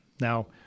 Now